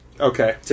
Okay